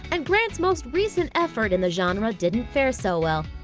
and grant's most recent effort in the genre didn't fare so well.